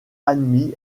admis